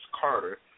Carter